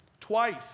twice